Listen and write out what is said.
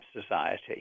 society